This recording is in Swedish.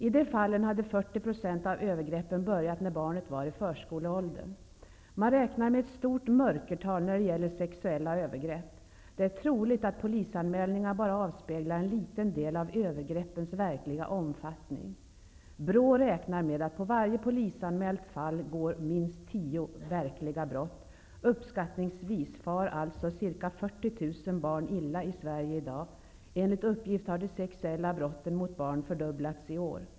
I de fallen hade 4O % av övergreppen börjat när barnet var i förskoleåldern. Man räknar med ett stort mörkertal när det gäller sexuella övergrepp. Det är troligt, att polisanmälningarna bara avspeglar en liten del av övergreppens verkliga omfattning. BRÅ räknar med minst 10 verkliga brott för varje polisanmält fall. Uppskattningsvis far alltså ca 4O OOO barn i Sverige illa i dag. Enligt uppgift har de sexuella brotten mot barn fördubblats i år!